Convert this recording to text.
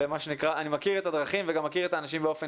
ואני מכיר את הדרכים וגם מכיר את האנשים באופן